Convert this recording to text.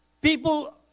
People